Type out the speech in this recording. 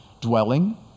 dwelling